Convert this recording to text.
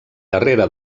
darrere